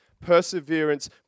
Perseverance